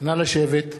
נא לשבת.